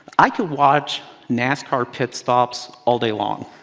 i could watch nascar pit stops all day long